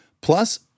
Plus